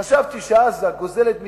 חשבתי שעזה גוזלת מאתנו,